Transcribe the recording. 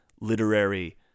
literary